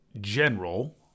general